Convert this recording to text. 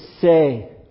say